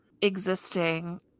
existing